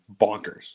bonkers